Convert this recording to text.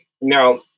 Now